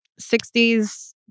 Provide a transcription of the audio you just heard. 60s